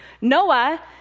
Noah